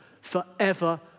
forever